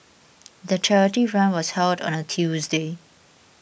the charity run was held on a Tuesday